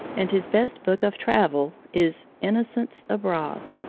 and his best book of travel is innocents abroad.